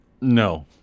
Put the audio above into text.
No